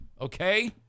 Okay